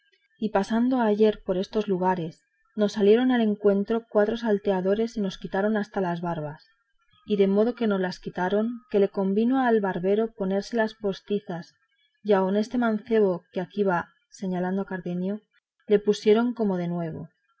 y pasando ayer por estos lugares nos salieron al encuentro cuatro salteadores y nos quitaron hasta las barbas y de modo nos las quitaron que le convino al barbero ponérselas postizas y aun a este mancebo que aquí va señalando a cardenio le pusieron como de nuevo